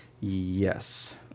Yes